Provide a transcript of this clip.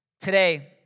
Today